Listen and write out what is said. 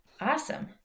Awesome